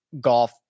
golf